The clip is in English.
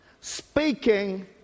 Speaking